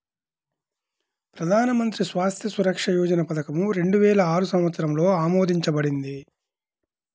ప్రధాన్ మంత్రి స్వాస్థ్య సురక్ష యోజన పథకం రెండు వేల ఆరు సంవత్సరంలో ఆమోదించబడింది